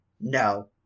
no